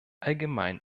allgemein